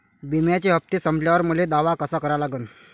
बिम्याचे हप्ते संपल्यावर मले दावा कसा करा लागन?